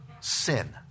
sin